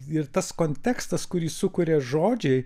ir tas kontekstas kurį sukuria žodžiai